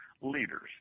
leaders